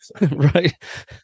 Right